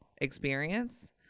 experience